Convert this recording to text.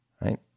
Right